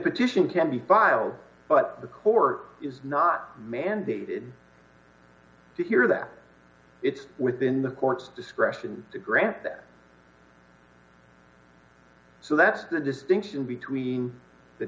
petition can be filed but the core is not mandated to hear that it's within the court's discretion to grant that so that's the distinction between the